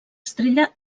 estrella